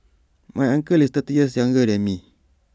my uncle is thirty years younger than me